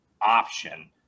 option